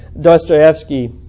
Dostoevsky